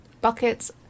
buckets